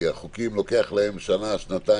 לחוקים לוקח שנה-שנתיים,